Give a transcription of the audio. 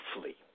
flee